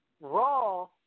Raw